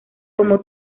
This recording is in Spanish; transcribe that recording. cómo